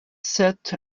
sept